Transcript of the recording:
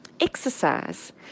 Exercise